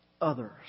others